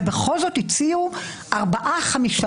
ובכל זאת הציעו ארבעה-חמישה.